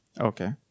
Okay